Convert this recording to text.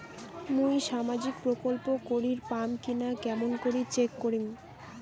মুই সামাজিক প্রকল্প করির পাম কিনা কেমন করি চেক করিম?